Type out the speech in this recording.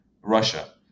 Russia